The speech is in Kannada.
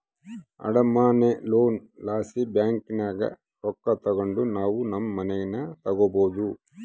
ಅಡಮಾನ ಲೋನ್ ಲಾಸಿ ಬ್ಯಾಂಕಿನಾಗ ರೊಕ್ಕ ತಗಂಡು ನಾವು ನಮ್ ಮನೇನ ತಗಬೋದು